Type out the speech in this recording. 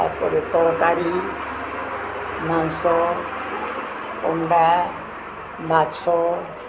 ତା'ପରେ ତରକାରୀ ମାଂସ ଅଣ୍ଡା ମାଛ